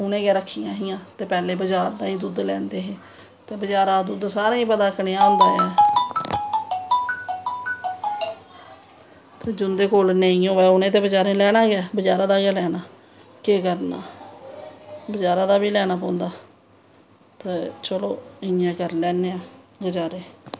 उनैं गै रक्खी दियां हां ते पैह्लैं बजार दा गै दुध्द लैंदे हे ते बज़ारा दा दुद्द सारें गी पता ऐ कनेहा होंदा ऐ ते जिंदे कोल नेंई होऐ ते उनैं ते लैमा गै ऐ बज़ारा दा गै लैनां ऐ केह् करनां ऐ बज़ारा दा बी लैनां पौंदा ते चलो इयां करी लैन्नें आं बचैरे